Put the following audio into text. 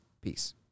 Peace